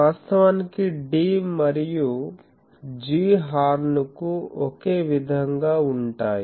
వాస్తవానికి D మరియు G horn కు ఒకే విధంగా ఉంటాయి